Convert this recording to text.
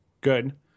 good